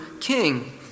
king